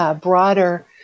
broader